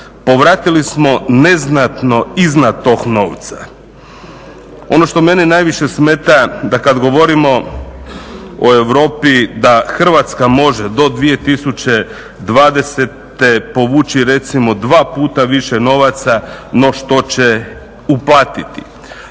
Povratili smo neznatno iznad tog novca. Ono što mene najviše smeta, da kad govorimo o Europi da Hrvatska može do 2020. povući recimo dva puta više novaca no što će uplatiti,